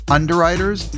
underwriters